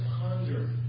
ponder